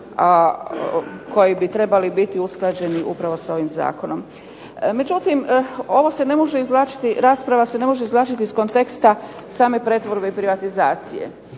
koji bi trebali biti usklađeni upravo sa ovim zakonom. Međutim ovo se ne može izvlačiti, rasprava se ne može izvlačiti iz konteksta same pretvorbe i privatizacije.